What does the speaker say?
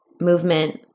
movement